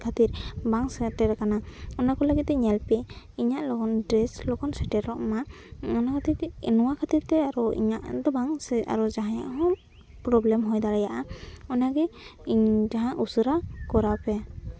ᱠᱷᱟᱹᱛᱤᱨ ᱵᱟᱝ ᱥᱮᱴᱮᱨ ᱠᱟᱱᱟ ᱚᱱᱟ ᱠᱚ ᱞᱟᱹᱜᱤᱫ ᱛᱮ ᱧᱮᱞᱯᱮ ᱤᱧᱟᱹᱜ ᱞᱚᱜᱚᱱ ᱰᱨᱮᱥ ᱞᱚᱜᱚᱱ ᱥᱮᱴᱮᱨᱚᱜ ᱢᱟ ᱚᱱᱟ ᱛᱮᱜᱮ ᱱᱚᱣᱟ ᱠᱷᱟᱹᱛᱤᱨ ᱛᱮ ᱟᱨᱚ ᱤᱧᱟᱹᱜ ᱫᱚ ᱵᱟᱝ ᱥᱮ ᱟᱨᱚ ᱡᱟᱦᱟᱭᱟᱜ ᱦᱚᱸ ᱯᱨᱚᱵᱞᱮᱢ ᱦᱩᱭ ᱫᱟᱲᱮᱭᱟᱜᱼᱟ ᱚᱱᱟᱜᱮ ᱤᱧ ᱡᱟᱦᱟᱸ ᱩᱥᱟᱹᱨᱟ ᱠᱚᱨᱟᱣ ᱯᱮ